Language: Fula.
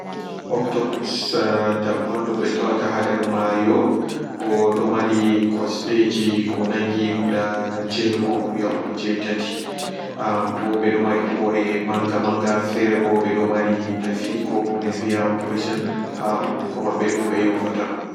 Oktopus dabbawa on ɗum ɓe tawata haa nder mayo bo ɗo maari kosdeji konangi guda jego yahugo jetati ɓe ɓe ɗo mari hoore manga manga fere bo ɓe ɗo mari dafi ko bo min wi'a poison.